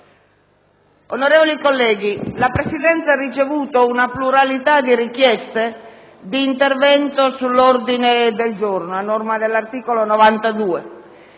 Onorevoli colleghi, la Presidenza ha ricevuto una pluralità di richiesta di intervento sull'ordine del giorno, a norma dell'articolo 92